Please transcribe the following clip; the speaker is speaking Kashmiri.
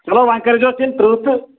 چلو وۄنۍ کٔرۍزیوس تٕرٛہ تہٕ